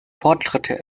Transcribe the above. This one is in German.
fortschritte